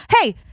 hey